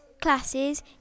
classes